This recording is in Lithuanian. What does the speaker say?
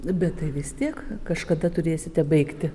bet vis tiek kažkada turėsite baigti